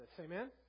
amen